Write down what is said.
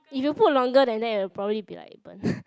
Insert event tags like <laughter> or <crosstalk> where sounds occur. if you put longer than that will probably be like burnt <breath>